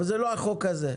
אבל לא בחוק הזה.